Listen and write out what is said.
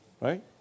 Right